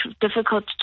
difficult